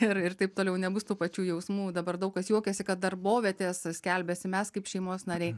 ir ir taip toliau nebus tų pačių jausmų dabar daug kas juokiasi kad darbovietės skelbiasi mes kaip šeimos nariai